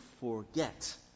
forget